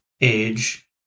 age